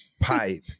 pipe